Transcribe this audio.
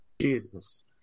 Jesus